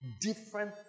Different